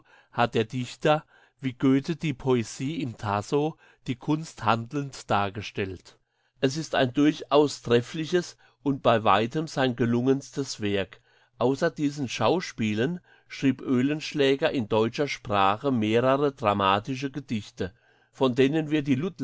hat der dichter wie göthe die poesie im tasso die kunst handelnd dargestellt es ist ein durchaus treffliches und bei weitem sein gelungenstes werk außer diesen schauspielen schrieb oehlenschläger in deutscher sprache mehre dramatische gedichte von denen wir die